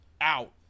out